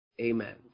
amen